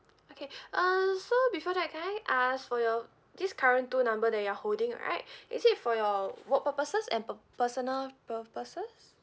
okay uh so before that can I ask for your this current two number that you're holding right is it for your work purposes and per~ personal purposes